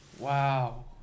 Wow